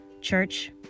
Church